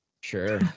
Sure